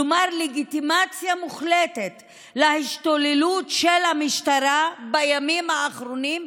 כלומר זו לגיטימציה מוחלטת להשתוללות של המשטרה בימים האחרונים,